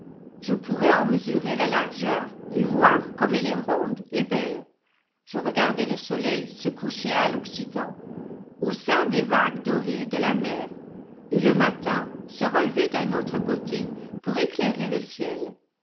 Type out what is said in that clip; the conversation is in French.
je pourrais en mesurer la largeur et voir comme elle est ronde et belle je regardais le soleil se coucher à l'occident au sein des vagues dorées de la mer et le matin se relever d'un autre côté pour éclairer le ciel